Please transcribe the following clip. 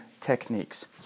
techniques